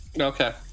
okay